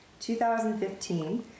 2015